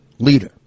leader